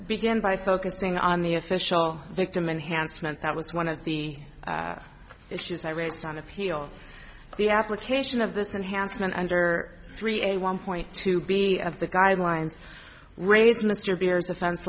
begin by focusing on the official victim enhanced meant that was one of the issues i raised on appeal the application of this and handsome and under three a one point two b of the guidelines raised mr beers offen